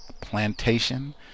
plantation